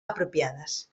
apropiades